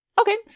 Okay